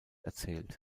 erzählt